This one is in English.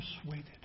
persuaded